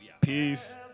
Peace